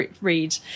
read